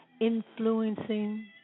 influencing